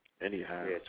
anyhow